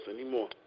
anymore